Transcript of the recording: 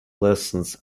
lessons